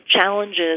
challenges